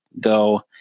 go